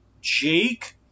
Jake